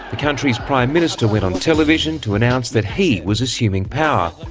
the country's prime minister went on television to announce that he was assuming power.